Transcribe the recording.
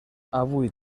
avui